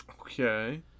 Okay